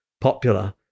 popular